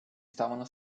stavano